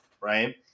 right